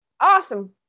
Awesome